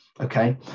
Okay